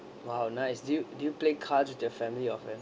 !wow! nice do you do you play cards with your family or friend